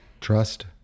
Trust